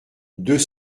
deux